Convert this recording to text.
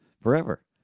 forever